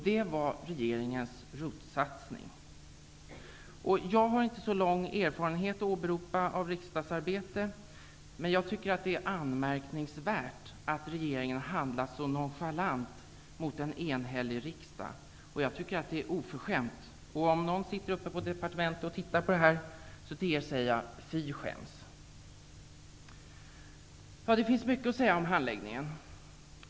Detta var regeringens ROT-satsning! Jag har inte så lång erfarenhet av riksdagsarbete att åberopa, men jag tycker att det är anmärkningsvärt att regeringen har handlat så nonchalant mot en enhällig riksdag. Det är oförskämt! Om någon på departementet lyssnar på debatten vill jag säga: Fy skäms! Det finns mycket att säga om handläggningen.